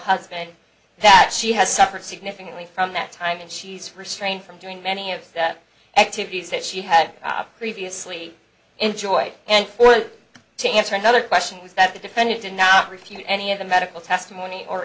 husband that she has suffered significantly from that time and she's for strain from doing many of the activities that she had previously enjoyed and to answer another question was that the defendant did not refute any of the medical testimony or